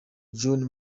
john